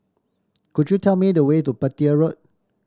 could you tell me the way to Petir Road